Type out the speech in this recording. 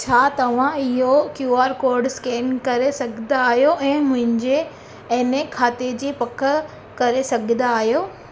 छा तव्हां इहो क्यू आर कोड स्केन करे सघंदा आहियो ऐं मुंहिंजे एन ए खाते जी पकु करे सघंदा आहियो